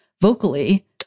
vocally